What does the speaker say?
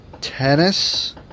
tennis